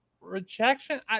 rejection